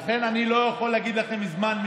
לכן אני לא יכול להגיד לכם זמן מדויק,